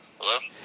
Hello